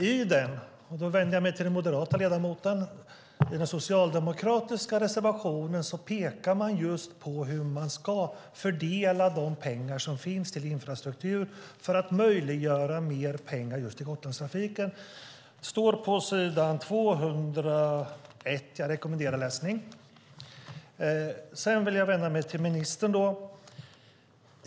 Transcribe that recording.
I den socialdemokratiska reservationen - och nu vänder jag mig till den moderata ledamoten - pekar vi på hur man ska fördela de pengar som finns till infrastruktur för att möjliggöra mer pengar just till Gotlandstrafiken. Det står på s. 201. Jag rekommenderar läsning. Sedan vänder jag mig till ministern.